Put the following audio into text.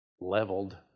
leveled